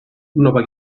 nova